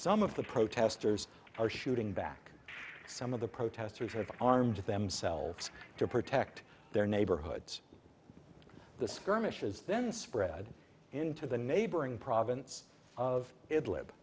some of the protesters are shooting back some of the protesters are armed themselves to protect their neighborhoods the skirmishes then spread into the neighboring province of it l